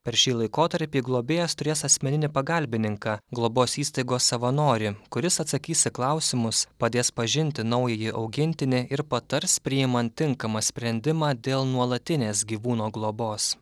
per šį laikotarpį globėjas turės asmeninį pagalbininką globos įstaigos savanorį kuris atsakys į klausimus padės pažinti naująjį augintinį ir patars priimant tinkamą sprendimą dėl nuolatinės gyvūno globos